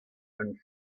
own